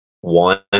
one